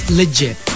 legit